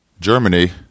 Germany